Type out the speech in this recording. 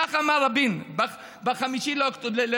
ככה אמר רבין ב-5 באוקטובר.